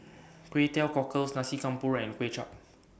Kway Teow Cockles Nasi Campur and Kway Chap